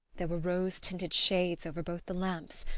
there were rose-tinted shades over both the lamps.